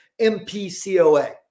MPCOA